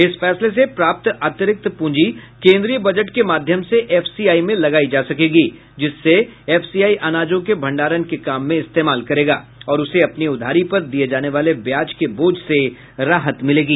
इस फैसले से प्राप्त अतिरिक्त पूंजी कोन्द्रीय बजट के माध्यम से एफसीआई में लगाई जा सकेगी जिसे एफसीआई अनाजों के भंडारण के काम में इस्तेमाल करेगा और उसे अपनी उधारी पर दिये जाने वाले ब्याज के बोझ से राहत मिलेगी